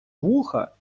вуха